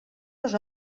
les